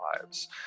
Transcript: lives